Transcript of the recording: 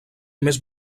més